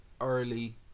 early